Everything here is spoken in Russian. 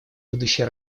будущей